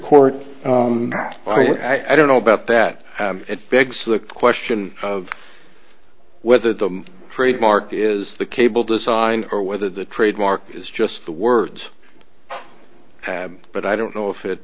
court i don't know about that it begs the question of whether the trademark is the cable design or whether the trademark is just the words but i don't know if it